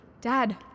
Dad